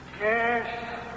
Yes